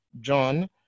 John